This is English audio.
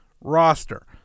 roster